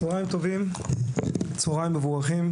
צהריים מבורכים.